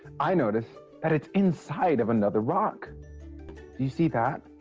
i noticed that it's inside of another rock. do you see that?